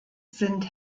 sind